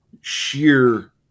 sheer